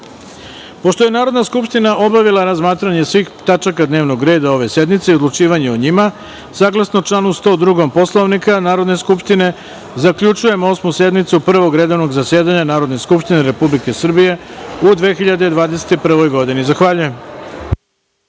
je Narodna skupština obavila razmatranje svih tačaka dnevnog reda ove sednice i odlučivanje o njima, saglasno članu 102. Poslovnika Narodne skupštine, zaključujem Osmu sednicu Prvog redovnog zasedanja Narodne skupštine Republike Srbije u 2021. godini. Zahvaljujem.